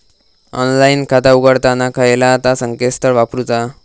Online खाता उघडताना खयला ता संकेतस्थळ वापरूचा?